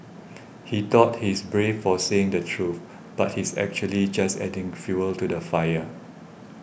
he thought he is brave for saying the truth but he's actually just adding fuel to the fire